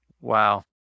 Wow